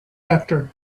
after